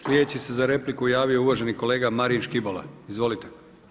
Sljedeći se za repliku javio uvaženi kolega Marin Škibola, izvolite.